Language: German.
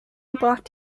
gebracht